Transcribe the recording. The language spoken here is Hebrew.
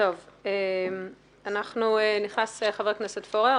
נכנס חבר הכנסת פורר.